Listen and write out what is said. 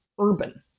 urban